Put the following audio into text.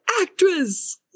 actress